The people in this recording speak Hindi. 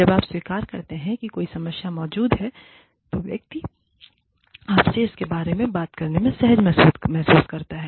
जब आप स्वीकार करते हैं कि कोई समस्या मौजूद है तो व्यक्ति आपसे इसके बारे में बात करने में सहज महसूस करेगा